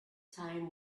time